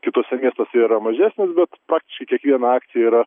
kituose miestuose yra mažesnis bet praktiškai kiekvinea akcija yra